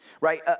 Right